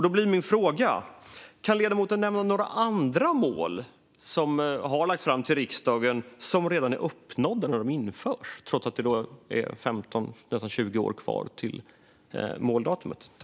Då blir min fråga: Kan ledamoten nämna några andra mål som har lagts fram för riksdagen som redan är uppnådda när de införs, trots att det är nästan 20 år kvar till måldatumet?